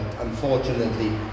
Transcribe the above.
unfortunately